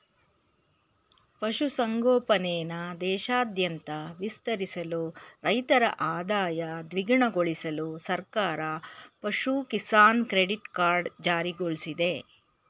ಪಶು ಸಂಗೋಪನೆನ ದೇಶಾದ್ಯಂತ ವಿಸ್ತರಿಸಲು ರೈತರ ಆದಾಯ ದ್ವಿಗುಣಗೊಳ್ಸಲು ಸರ್ಕಾರ ಪಶು ಕಿಸಾನ್ ಕ್ರೆಡಿಟ್ ಕಾರ್ಡ್ ಜಾರಿಗೊಳ್ಸಿದೆ